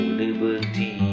liberty